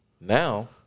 Now